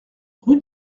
rue